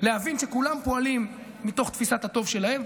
להבין שכולם פועלים מתוך תפיסת הטוב שלהם,